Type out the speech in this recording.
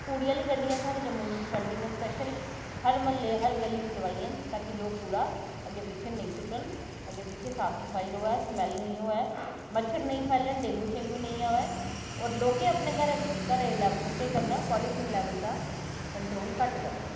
कूडे़ आह्लियां गड्डियां साढ़े जम्मू म्युनिसिपैलिटी ने स्पैशल हर म्हल्ले हर गली च लोआइयां न ता कि लोक कूड़ा अग्गें पिच्छें नेईं सुट्टन अग्गें पिच्छें साफ सफाई र'वै समैल्ल नेईं होऐ मच्छर नेईं फैले डेंगू शेंगू नेईं औरआवै ते लोकें अपने घरै दे लेबल उप्पर केह् करना ऐ पोलीथीन लेबल दा कन्ट्रोल घट्ट करना ऐ